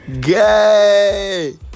gay